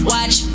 Watch